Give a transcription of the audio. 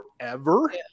forever